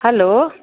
hello